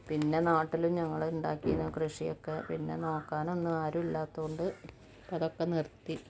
പിന്നെ നാട്ടില് ഞങ്ങള് ഉണ്ടാക്കിയ കൃഷിയൊക്കെ പിന്നെ നോക്കാനൊന്നും ആരുമില്ലാത്തോണ്ട് അതൊക്കെ നിര്ത്തി